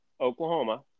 Oklahoma